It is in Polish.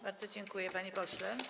Bardzo dziękuję, panie pośle.